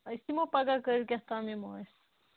أسۍ یِمو پگاہ کٲلۍکٮ۪تھ تام یِمو أسۍ